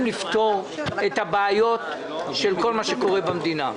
לפתור את הבעיות של כל מה שקורה במדינה.